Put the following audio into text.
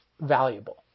valuable